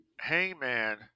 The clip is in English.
Hangman